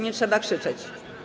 Nie trzeba krzyczeć.